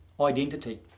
identity